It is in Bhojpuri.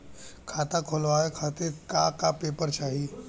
खाता खोलवाव खातिर का का पेपर चाही?